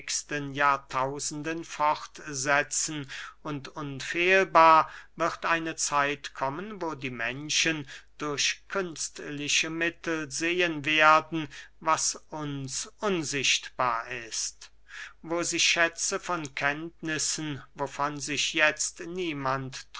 jahrtausenden fortsetzen und unfehlbar wird eine zeit kommen wo die menschen durch künstliche mittel sehen werden was uns unsichtbar ist wo sie schätze von kenntnissen wovon sich jetzt niemand